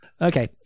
Okay